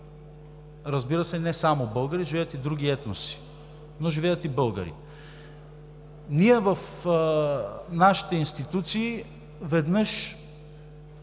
Разбира се, не само българи, живеят и други етноси, но живеят и българи. Ние в нашите институции, веднъж